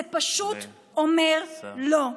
זה פשוט מאוד אומר "לא".